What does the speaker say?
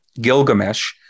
Gilgamesh